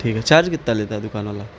ٹھیک ہے چارج کتنا لیتا ہے دکان والا